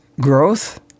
growth